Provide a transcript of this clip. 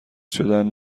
شدن